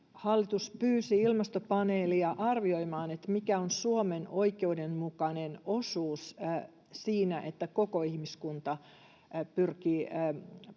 aikaan — pyysi ilmastopaneelia arvioimaan, mikä on Suomen oikeudenmukainen osuus siinä, että koko ihmiskunta pyrkii